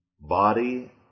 body